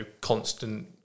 constant